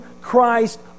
Christ